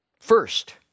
First